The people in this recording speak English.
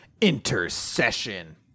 Intercession